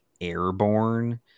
Airborne